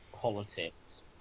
politics